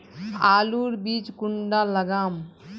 आलूर बीज कुंडा लगाम?